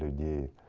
the